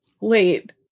Wait